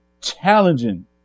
challenging